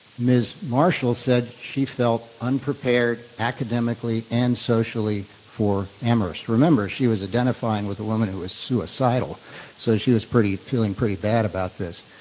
ms. marshall said she felt unprepared academically and socially for amherst. remember, she was identifying with a woman who was suicidal so she was pretty feeling pretty bad about this.